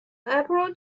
april